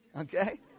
Okay